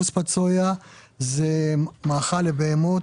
כוספת סויה זה מאכל לבהמות,